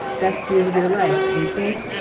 best years of your life, ain't they?